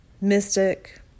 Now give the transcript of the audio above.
mystic